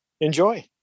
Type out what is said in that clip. enjoy